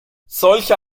solche